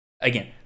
Again